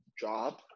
job